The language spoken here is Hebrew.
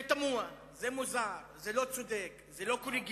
זה תמוה, זה מוזר, זה לא צודק, זה לא קולגיאלי.